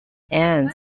ends